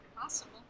Possible